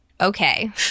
Okay